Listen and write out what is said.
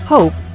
Hope